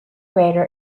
grader